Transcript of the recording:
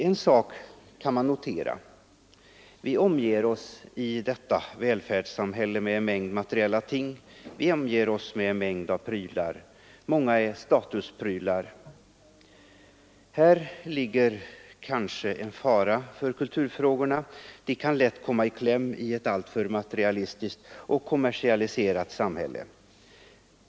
En sak kan man notera: vi omger oss i detta välfärdssamhälle med en mängd materiella ting och prylar — därav många statusprylar. Häri ligger kanske en fara för kulturfrågorna. De kan lätt komma i kläm i ett allmänt materialistiskt och kommersialiserat samhälle.